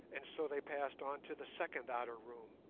and so they passed on to the second outer room,